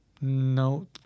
No